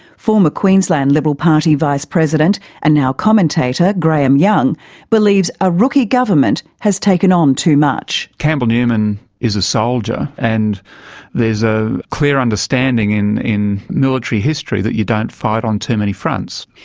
former queensland liberal party vice-president and now commentator graham young believes a rookie government has taken on too much. campbell newman is a soldier and there's a clear understanding in in military history that you don't fight on too many fronts.